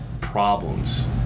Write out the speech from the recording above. problems